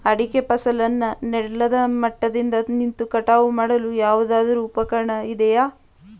ಅಡಿಕೆ ಫಸಲನ್ನು ನೆಲದ ಮಟ್ಟದಿಂದ ನಿಂತು ಕಟಾವು ಮಾಡಲು ಯಾವುದಾದರು ಉಪಕರಣ ಇದೆಯಾ?